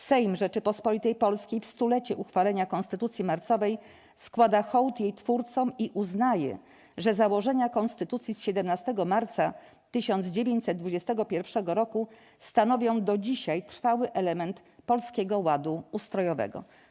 Sejm Rzeczypospolitej Polskiej w 100-lecie uchwalenia konstytucji marcowej składa hołd jej twórcom i uznaje, że założenia konstytucji z 17 marca 1921 roku stanowią do dzisiaj trwały element polskiego ładu ustrojowego”